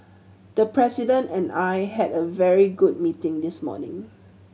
the President and I had a very good meeting this morning